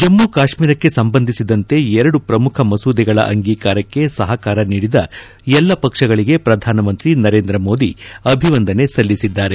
ಜಮ್ಮು ಕಾಶ್ಮೀರಕ್ಕೆ ಸಂಬಂಧಿಸಿದಂತೆ ಎರಡು ಪ್ರಮುಖ ಮಸೂದೆಗಳ ಅಂಗೀಕಾರಕ್ಕೆ ಸಹಕಾರ ನೀಡಿದ ಎಲ್ಲ ಪಕ್ಷಗಳಗೆ ಪ್ರಧಾನಮಂತ್ರಿ ನರೇಂದ್ರ ಮೋದಿ ಅಭಿನಂದನೆ ಸಲ್ಲಿಸಿದ್ದಾರೆ